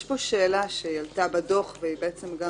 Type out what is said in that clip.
יש שאלה שעלתה בדוח והיא בעצם גם